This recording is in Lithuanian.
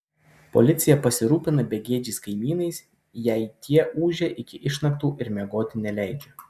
policija pasirūpina begėdžiais kaimynais jei tie ūžia iki išnaktų ir miegoti neleidžia